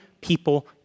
people